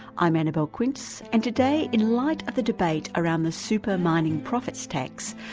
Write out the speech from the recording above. i'm annabelle quince and today in light of the debate around the super mining profits tax,